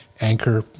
anchor